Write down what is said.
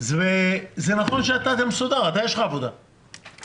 זה נכון שאתה מסודר, לך יש עבודה אבל